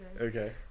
Okay